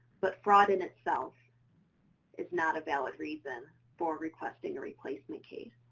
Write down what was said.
but fraud in itself is not a valid reason for requesting a replacement case.